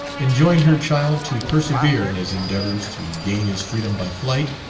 enjoined her child to persevere in his endeavours to gain his freedom by flight.